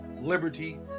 liberty